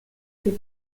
fait